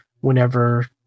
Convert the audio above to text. whenever